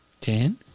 Ten